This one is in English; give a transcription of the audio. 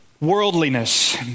worldliness